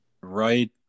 right